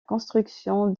construction